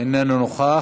איננו נוכח,